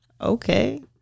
okay